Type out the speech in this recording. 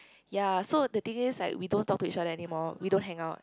ya so the thing is like we don't talk to each other anymore we don't hang out